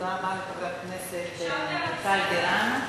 תודה רבה לחברת הכנסת מיכל בירן.